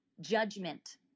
judgment